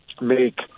make